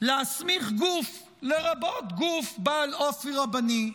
להסמיך גוף, לרבות גוף בעל אופי רבני,